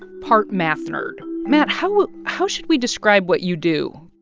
part math nerd matt, how how should we describe what you do?